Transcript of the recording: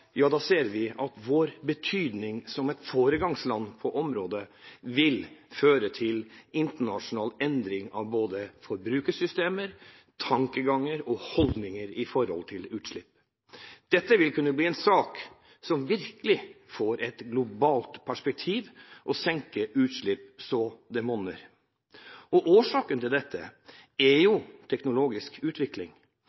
ser vi at vår betydning som et foregangsland på området vil føre til internasjonal endring av både forbrukersystemer, tankegang og holdninger til utslipp. Dette vil kunne bli en sak som virkelig får et globalt perspektiv og senker utslipp så det monner, og årsaken til dette er jo